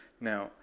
now